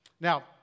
Now